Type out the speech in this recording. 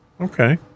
Okay